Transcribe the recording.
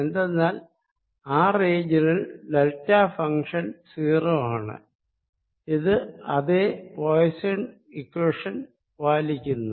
എന്തെന്നാൽ ആ റീജിയനിൽ ഡെൽറ്റ ഫങ്ഷൻ 0 ആണ് ഇത് അതേ പോയിസ്സോൻ ഇക്വേഷൻ പാലിക്കുന്നു